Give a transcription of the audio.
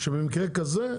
שבמקרה כזה,